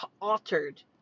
altered